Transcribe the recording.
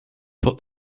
put